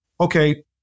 okay